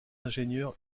ingénieurs